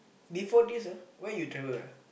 before this ah where you travel ah